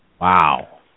Wow